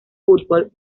fútbol